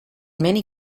many